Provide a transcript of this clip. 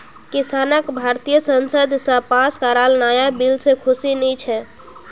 किसानक भारतीय संसद स पास कराल नाया बिल से खुशी नी छे